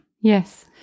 yes